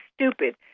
stupid